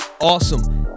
awesome